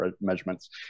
measurements